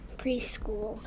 preschool